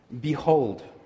Behold